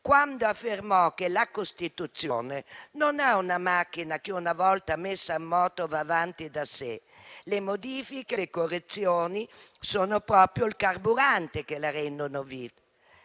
quando affermò che la Costituzione non è una macchina che, una volta messa in moto, va avanti da sé. Le modifiche e le correzioni sono proprio il carburante che la rendono viva.